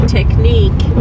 technique